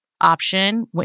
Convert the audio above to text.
option